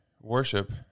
worship